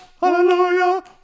hallelujah